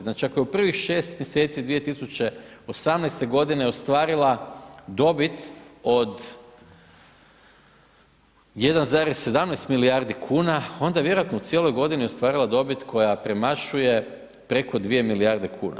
Znači ako je u prvih 6 mjeseci 2018. g. ostvarila dobit od 1,17 milijardi kuna, onda je vjerojatno u cijeloj godini ostvarila dobit koja premašuje preko 2 milijardi kuna.